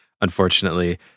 unfortunately